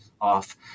off